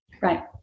Right